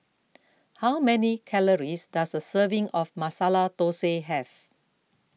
how many calories does a serving of Masala Dosa have